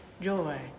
joy